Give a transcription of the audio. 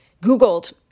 Googled